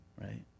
right